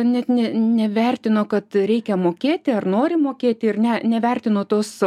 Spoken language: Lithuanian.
net ne nevertino kad reikia mokėti ar nori mokėti ir ne nevertino tos